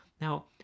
Now